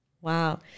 Wow